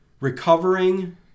recovering